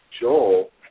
Joel